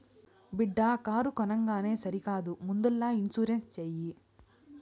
బిడ్డా కారు కొనంగానే సరికాదు ముందల ఇన్సూరెన్స్ చేయి